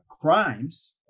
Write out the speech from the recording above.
crimes